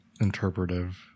interpretive